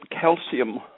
calcium